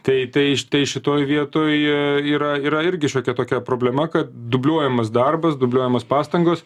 tai tai štai šitoj vietoje yra yra irgi šiokia tokia problema kad dubliuojamas darbas dubliuojamos pastangos